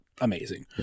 amazing